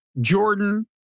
Jordan